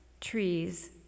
trees